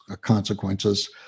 consequences